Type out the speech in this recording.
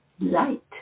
light